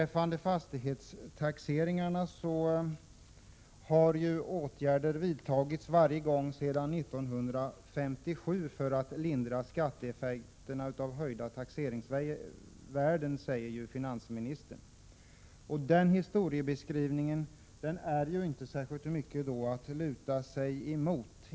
Finansministern säger att åtgärder för att lindra skatteeffekterna av höjda taxeringsvärden har vidtagits i samband med varje fastighetstaxering sedan 1957. Denna beskrivning av historien är ju inte särskilt mycket att luta sig emot.